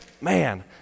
Man